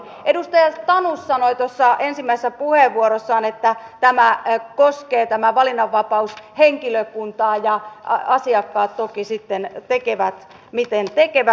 edustaja tanus sanoi tuossa ensimmäisessä puheenvuorossaan että tämä valinnanvapaus koskee henkilökuntaa ja asiakkaat toki sitten tekevät miten tekevät